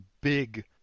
big